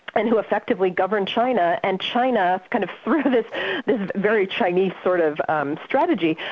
and who effectively governed china, and china kind of through this very chinese sort of strategy,